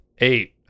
eight